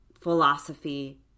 philosophy